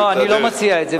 לא, אני לא מציע את זה.